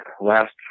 last